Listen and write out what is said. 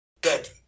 Good